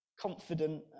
confident